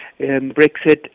Brexit